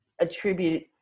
attribute